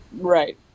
Right